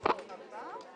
תודה רבה לכולם.